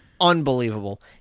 unbelievable